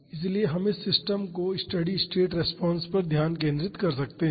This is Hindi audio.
इसलिए हम इस सिस्टम की स्टेडी स्टेट रिस्पांस पर ध्यान केंद्रित कर सकते हैं